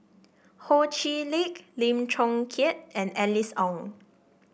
Ho Chee Lick Lim Chong Keat and Alice Ong